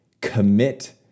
commit